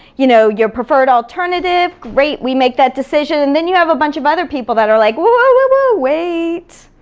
you know your preferred alternative. great, we make that decision, and then you have a bunch of other people that are like, whoa, whoa, whoa, whoa, wait!